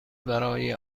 برای